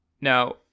now